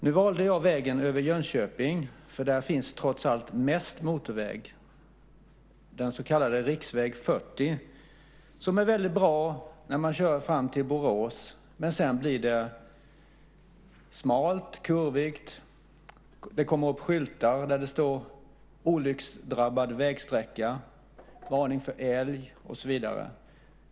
Nu valde jag vägen över Jönköping för där finns trots allt mest motorväg. Riksväg 40 är väldigt bra fram till Borås, men sedan blir den smal och kurvig. Det fanns olika skyltar där det stod: Olycksdrabbad vägsträcka, varning för älg och så vidare.